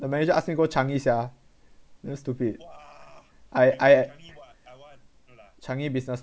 dude the the manager ask me go changi sia damn stupid I I changi business